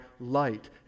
light